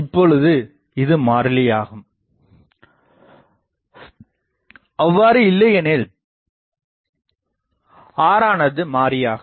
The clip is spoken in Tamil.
இப்பொழுது இது மாறிலியாகும்அவ்வாறு இல்லையெனில் r ஆனது மாறியாகும்